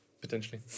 Potentially